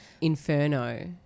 Inferno